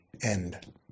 end